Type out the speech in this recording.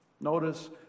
Notice